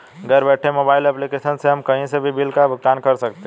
घर बैठे mobile application से हम कही से भी बिल का भुगतान कर सकते है